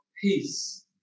peace